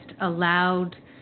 allowed